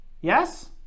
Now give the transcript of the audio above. Yes